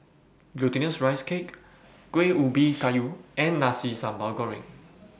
Glutinous Rice Cake Kuih Ubi Kayu and Nasi Sambal Goreng